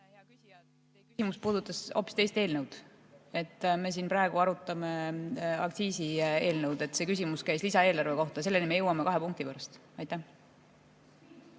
küsimus puudutas hoopis teist eelnõu. Me siin praegu arutame aktsiisieelnõu, see küsimus käis lisaeelarve kohta. Selleni me jõuame kahe punkti pärast. Aitäh,